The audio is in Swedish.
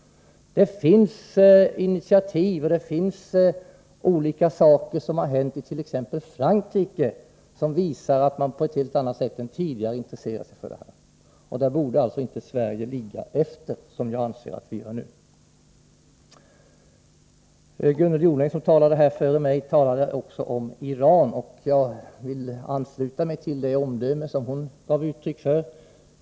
Det finns initiativ, och olika saker har hänt, t.ex. i Frankrike, som visar att man på ett helt annat sätt än tidigare intresserar sig för den här frågan. Då borde alltså inte Sverige ligga efter, vilket jag anser att vi gör nu. Gunnel Jonäng, som talade före mig, talade också om Iran, och jag vill ansluta mig till det omdöme hon gav uttryck för.